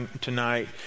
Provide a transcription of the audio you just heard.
tonight